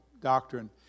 doctrine